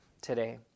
today